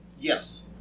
Yes